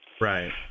right